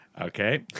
okay